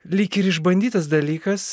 lyg ir išbandytas dalykas